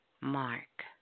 mark